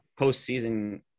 postseason